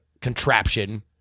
contraption